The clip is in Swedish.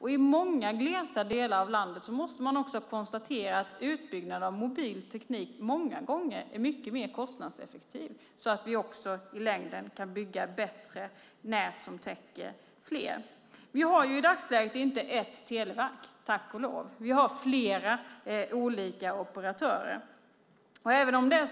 I många glest bebyggda delar av landet måste man konstatera att utbyggnaden av mobil teknik många gånger är mycket mer kostnadseffektiv. Så kan vi också i längden bygga bättre nät som täcker fler. Vi har i dagsläget inte ett televerk - tack och lov! Vi har flera olika operatörer.